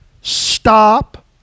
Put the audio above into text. stop